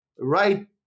right